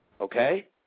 Okay